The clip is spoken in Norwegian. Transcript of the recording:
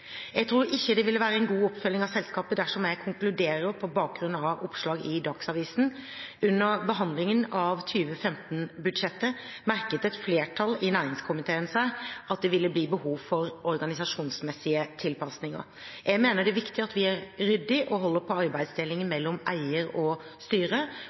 Jeg tror ikke det vil være en god oppfølging av selskapet dersom jeg konkluderer på bakgrunn av oppslagene i Dagsavisen. Under behandlingen av 20l5-budsjettet merket et flertall i næringskomiteen seg at det ville bli behov for organisasjonsmessige tilpasninger. Jeg mener det er viktig at vi er ryddige og holder på arbeidsdelingen mellom eier og styre.